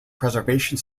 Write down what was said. preservation